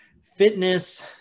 fitness